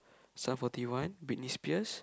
Sum Forty One Britney Spears